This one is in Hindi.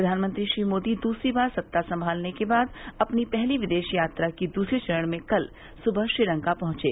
प्रधानमंत्री मोदी दूसरी बार सत्ता संगालने के बाद अपनी पहली विदेश यात्रा की दूसरे चरण में कल सुबह श्रीलंका पहुंचे